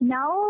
Now